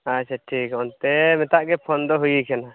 ᱟᱪᱪᱷᱟ ᱴᱷᱤᱠ ᱚᱱᱛᱮ ᱢᱮᱛᱟᱜ ᱜᱮ ᱯᱷᱳᱱ ᱫᱚ ᱦᱩᱭᱟᱠᱟᱱᱟ